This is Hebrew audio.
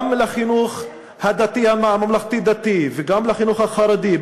גם לחינוך הממלכתי-דתי וגם לחינוך החרדי,